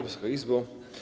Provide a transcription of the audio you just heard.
Wysoka Izbo!